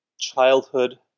childhood